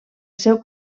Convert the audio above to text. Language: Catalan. seu